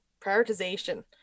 Prioritization